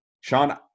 sean